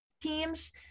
teams